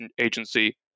agency